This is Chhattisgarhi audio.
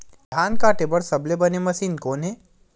धान काटे बार सबले बने मशीन कोन हे?